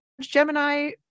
Gemini